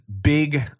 big